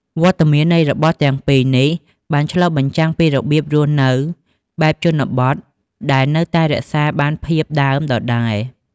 វត្តមាននៃរបស់ទាំងពីរនេះបានឆ្លុះបញ្ចាំងពីរបៀបរស់នៅបែបជនបទដែលនៅតែរក្សាបានភាពដើមដដែល។